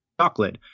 chocolate